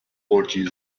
گرجی